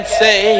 say